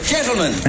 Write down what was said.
Gentlemen